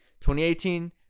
2018